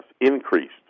increased